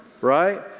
right